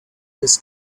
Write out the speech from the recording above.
this